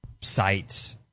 sites